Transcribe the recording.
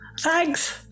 Thanks